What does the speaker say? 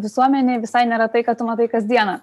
visuomenėj visai nėra tai ką tu matai kasdieną